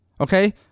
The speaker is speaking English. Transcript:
okay